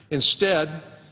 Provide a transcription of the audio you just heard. instead,